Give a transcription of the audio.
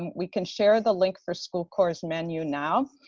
we can share the link for school corps' menu now,